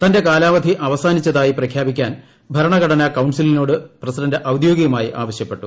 തന്റെ കാലാവധി അവസാനിച്ചതായി പ്രഖ്യാപിക്കാൻ ഭരണഘടനാ കൌൺസിലിനോട് പ്രസിഡന്റ് ഔദ്യോഗികമായി ആവശ്യപ്പെട്ടു